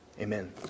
amen